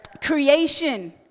Creation